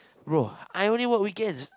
bro I only work weekends